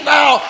now